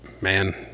man